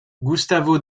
gustavo